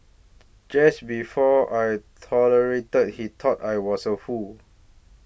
just before I tolerated he thought I was a fool